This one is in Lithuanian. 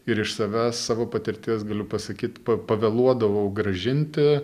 ir iš savęs savo patirties galiu pasakyt pavėluodavau grąžinti